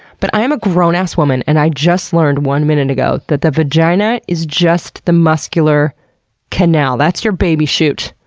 but i am a grown-ass woman, and i just learned one minute ago that the vagina is just the muscular canal, that's your baby chute.